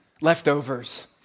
leftovers